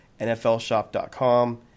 NFLShop.com